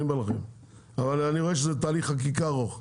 אני אומר לכם ואני מבין שזה תהליך חקיקה ארוך.